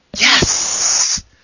Yes